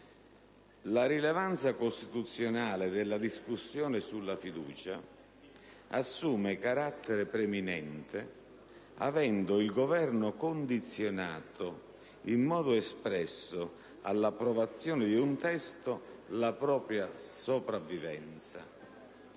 la rilevanza costituzionale della discussione sulla fiducia assume carattere preminente, avendo il Governo condizionato in modo espresso all'approvazione di un testo la propria sopravvivenza.